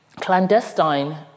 clandestine